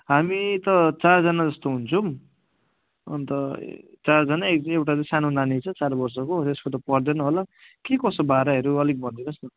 हामी त चारजना जस्तो हुन्छौँ अन्त चारजना एक एउटा चाहिँ सानो नानी छ चार वर्षको त्यसको त पर्दैन होला के कसो भाडाहरू अलिक भनिदिनु होस् न